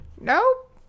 Nope